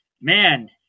Man